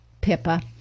Pippa